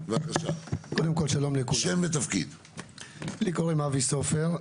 שלום לכולם, שמי אבי סופר,